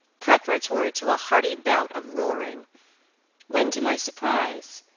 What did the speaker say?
preparatory to a hearty bout of roaring when to my surprise,